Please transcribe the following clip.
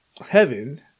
heaven